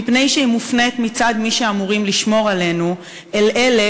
מפני שהיא מופנית מצד מי שאמורים לשמור עלינו אל אלה